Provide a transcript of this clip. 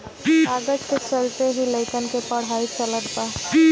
कागज के चलते ही लइकन के पढ़ाई चलअता